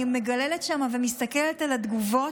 אני מגוללת שם ומסתכלת על התגובות,